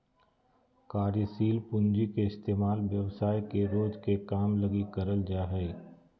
कार्यशील पूँजी के इस्तेमाल व्यवसाय के रोज के काम लगी करल जा हय